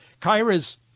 Kyra's